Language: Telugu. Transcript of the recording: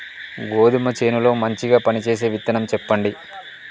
గోధుమ చేను లో మంచిగా పనిచేసే విత్తనం చెప్పండి?